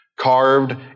carved